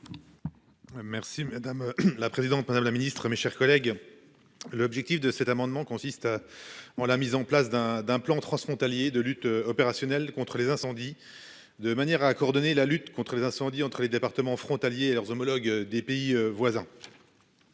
Merci madame la présidente, madame la ministre, mes chers collègues. L'objectif de cet amendement consiste. En la mise en place d'un d'un plan transfrontalier de lutte opérationnel contre les incendies. De manière à coordonner la lutte contre les incendies entre les départements frontaliers et leurs homologues des pays voisins.